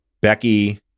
Becky